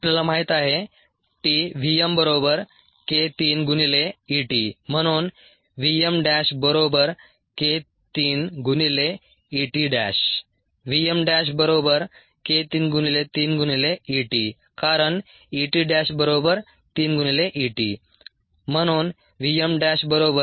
आपल्याला माहित आहे t vmk3Et म्हणून vmk3Et vmk3×3×Et कारण Et3Et ∴vm3×k3Et3vm3×0